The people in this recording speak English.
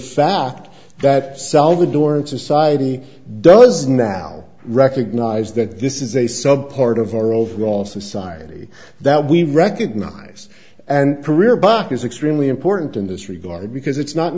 fact that salvadoran society does now recognize that this is a sub part of our overall society that we recognise and career back is extremely important in this regard because it's not